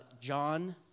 John